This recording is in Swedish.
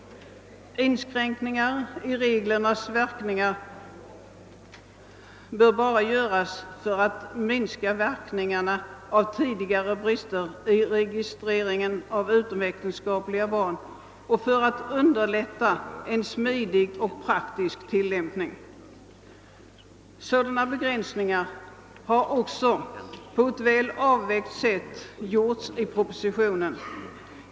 Inskränkningar i reglernas verkningar bör bara göras för att minska verkningarna av tidigare brister i registreringen av utomäktenskapliga barn och för att underlätta en smidig och praktisk tillämpning. Sådana begränsningar har också på ett väl avvägt sätt gjorts i propositionen.